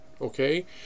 Okay